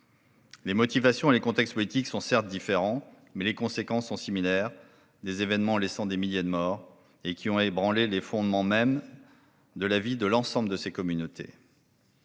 Les motivations et le contexte politiques sont certes différents, mais les conséquences sont similaires : des événements laissant des milliers de morts et qui ont ébranlé les fondements mêmes de la vie de l'ensemble de ces communautés.